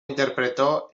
interpretó